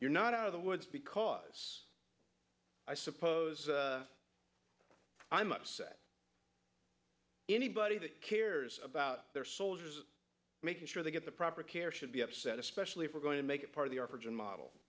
you're not out of the woods because i suppose i'm upset anybody that cares about their soldiers making sure they get the proper care should be upset especially if we're going to make it part of the operation model